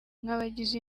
nk’abagize